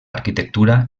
arquitectura